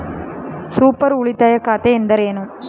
Super ಉಳಿತಾಯ ಖಾತೆ ಎಂದರೇನು?